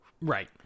Right